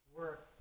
work